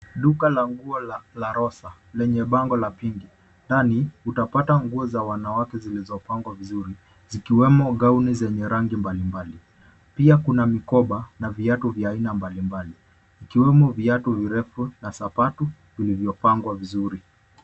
Duka la nguo la LA ROSA, lenye bango la pinki. Ndani, utapata nguo za wanawake zilizo pangwa vizuri, zikiwemo gauni zenye rangi mbali mbali. pia kuna mikoba na viatu vya aina mbali mbali, vikiwemo viatu virefu na sapatu vilivyopangwa vizuri.